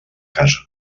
casa